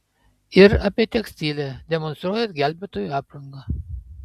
ir apie tekstilę demonstruojant gelbėtojų aprangą